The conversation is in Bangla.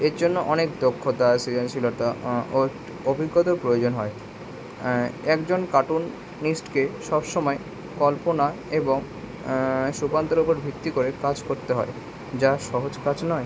এর জন্য অনেক দক্ষতা সৃজনশীলতা ও অভিজ্ঞতার প্রয়োজন হয় একজন কার্টুননিস্টকে সব সমায় কল্পনা এবং সুকান্তের ওপর ভিত্তি করে কাজ করতে হয় যা সহজ কাজ নয়